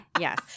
Yes